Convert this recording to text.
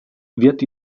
wird